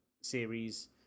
series